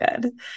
good